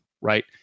right